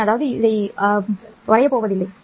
நான் அதாவது நான் அதைப் பெறப் போவதில்லை